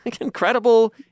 incredible